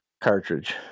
cartridge